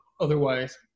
otherwise